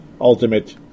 ultimate